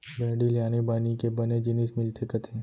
भेड़ी ले आनी बानी के बने जिनिस मिलथे कथें